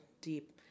deep